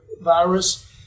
virus